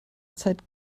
zeit